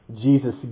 Jesus